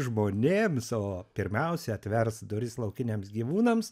žmonėms o pirmiausia atvers duris laukiniams gyvūnams